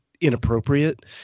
inappropriate